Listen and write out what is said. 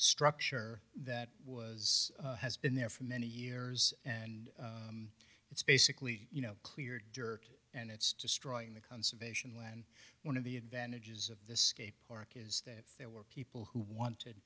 structure that was has been there for many years and it's basically you know clear dirt and it's destroying the conservation land one of the advantages of the skate park is that there were people who wanted